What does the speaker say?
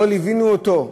לא ליווינו אותו,